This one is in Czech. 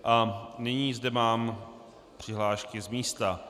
A nyní zde mám přihlášky z místa.